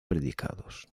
predicados